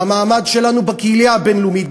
במעמד שלנו בקהילייה הבין-לאומית,